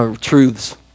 truths